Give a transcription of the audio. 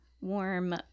warm